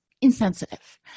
insensitive